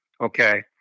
Okay